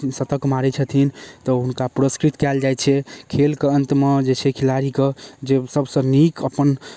शतक मारै छथिन तऽ हुनका पुरस्कृत कएल जाइ छै खेलके अन्तमे जे छै खेलाड़ीके जे सबसँ नीक अपन